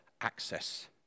access